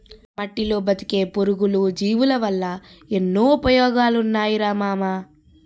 మట్టిలో బతికే పురుగులు, జీవులవల్ల ఎన్నో ఉపయోగాలున్నాయిరా మామా